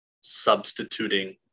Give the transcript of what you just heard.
substituting